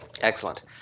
Excellent